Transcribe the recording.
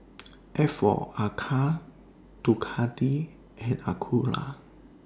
A For Arcade Ducati and Acura